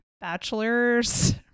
bachelor's